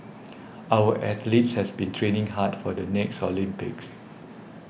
our athletes has been training hard for the next Olympics